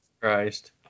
Christ